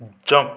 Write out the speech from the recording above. jump